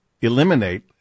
eliminate